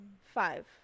Five